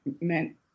meant